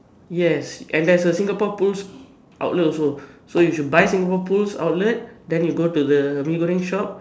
yes and there's a Singapore pools outlet also so you should buy Singapore pools outlet then you go to the Mee-Goreng shop